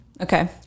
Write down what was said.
Okay